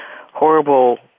horrible